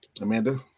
Amanda